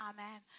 Amen